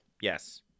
Yes